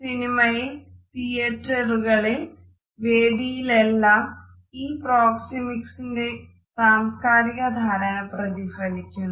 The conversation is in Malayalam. സിനിമയിൽ തിയേറ്ററുകളിൽ വേദിയിലെല്ലാം ഈ പ്രോക്സെമിക്സിന്റെ സാംസ്കാരിക ധാരണ പ്രതിഫലിക്കുന്നു